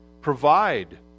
Provide